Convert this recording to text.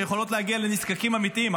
טונות שיכולות להגיע לנזקקים אמיתיים.